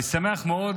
אני שמח מאוד